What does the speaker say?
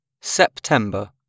September